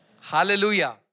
Hallelujah